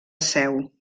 seu